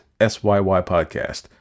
syypodcast